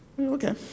Okay